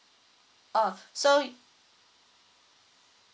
oh so